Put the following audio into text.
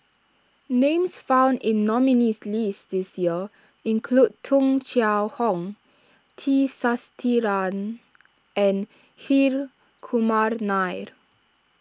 names found in nominees' list this year include Tung Chye Hong T Sasitharan and Hri Kumar Nair